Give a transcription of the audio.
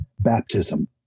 baptism